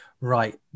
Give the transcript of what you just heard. right